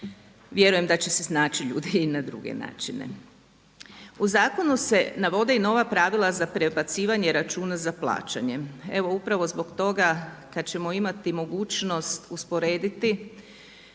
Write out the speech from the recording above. vjerujem da će se snaći ljudi i na druge načine. U zakonu se navode i nova pravila za prebacivanje računa za plaćanje. Evo upravo zbog toga kad ćemo imati mogućnost usporediti